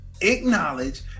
acknowledge